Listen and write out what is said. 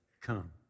come